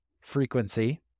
frequency